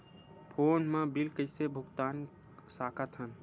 Phone मा bill कइसे भुक्तान साकत हन?